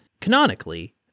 canonically